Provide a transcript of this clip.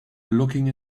looking